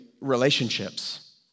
relationships